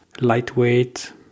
lightweight